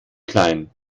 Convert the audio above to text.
klein